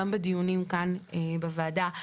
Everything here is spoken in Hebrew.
גם בדיונים כאן בוועדה,